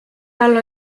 tal